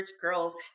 Girls